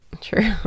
True